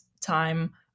time